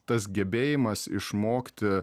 tas gebėjimas išmokti